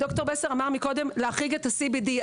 מקודם, להחריג את ה-CBD.